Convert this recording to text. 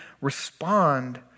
respond